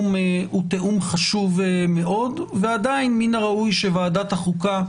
חשוב מאוד אבל עדיין ראוי שוועדת החוקה,